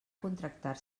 contractar